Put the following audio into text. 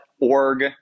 org